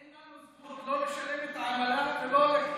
אין לנו זכות לשלם עמלה ולא לקבל משכנתה.